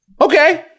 Okay